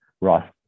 Ross